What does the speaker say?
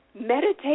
meditate